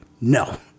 no